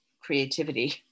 creativity